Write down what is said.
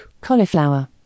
Cauliflower